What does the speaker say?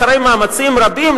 אחרי מאמצים רבים,